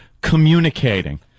communicating